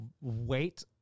wait